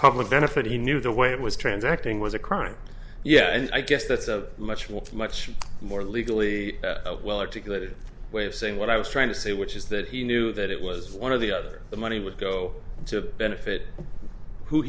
public benefit he knew the way it was transacting was a crime yeah and i guess that's a much more much more legally well articulated way of saying what i was trying to say which is that he knew that it was one of the other the money would go to benefit who